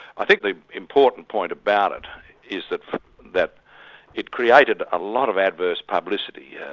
i think the important point about it is that that it created a lot of adverse publicity. yeah